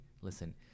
listen